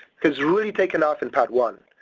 has really taken off in padd one,